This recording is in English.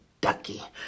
ducky